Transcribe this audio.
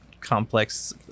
complex